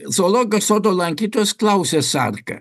zoologijos sodo lankytojas klausia sargą